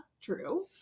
true